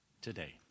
today